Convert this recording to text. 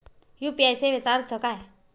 UPI सेवेचा अर्थ काय?